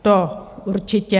To určitě.